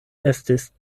estis